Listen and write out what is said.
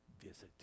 visit